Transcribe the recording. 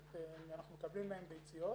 אנחנו מקבלים מהם ביציות.